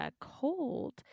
cold